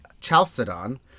Chalcedon